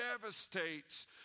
devastates